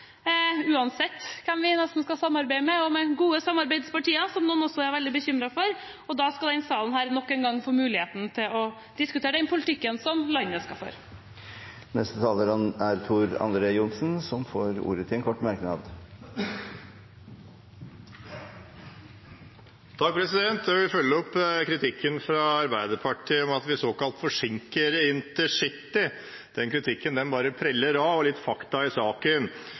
uansett hvem vi skal samarbeide med, og med gode samarbeidspartier, som noen er veldig bekymret for, og da skal denne salen nok en gang få muligheten til å diskutere den politikken som landet skal føre. Representanten Tor André Johnsen har hatt ordet to ganger tidligere og får ordet til en kort merknad, begrenset til 1 minutt. Jeg vil følge opp kritikken fra Arbeiderpartiet om at vi såkalt forsinker intercity. Den kritikken bare preller av. Litt fakta i saken: